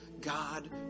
God